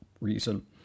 reason